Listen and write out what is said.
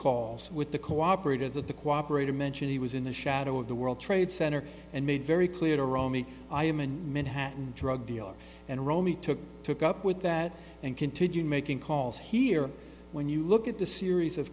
calls with the cooperative that the cooperated mention he was in the shadow of the world trade center and made very clear to romy i human men hatten drug dealers and romy took took up with that and continue making calls here when you look at the series of